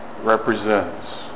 represents